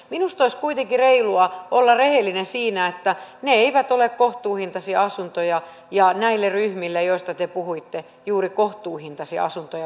minusta olisi kuitenkin reilua olla rehellinen siinä että ne eivät ole kohtuuhintaisia asuntoja ja näille ryhmille joista te puhuitte juuri kohtuuhintaisia asuntoja pitäisi luoda